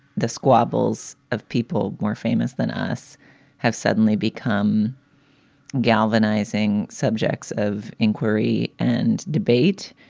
the squabbles of people more famous than us have suddenly become galvanizing subjects of inquiry and debate.